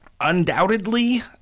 Undoubtedly